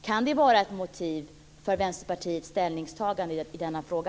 Kan det vara ett motiv för Vänsterpartiets ställningstagande i denna fråga?